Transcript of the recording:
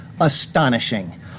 astonishing